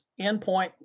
endpoint